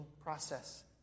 process